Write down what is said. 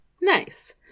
Nice